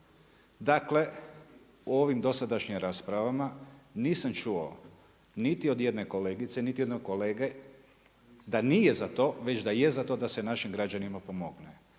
Dakle, u ovim dosadašnjim raspravama, nisam čuo niti od jedne kolegice, niti od jednog kolege, da nije za to, već da je za to da se našim građanima pomogne.